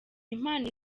impano